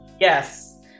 Yes